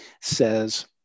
says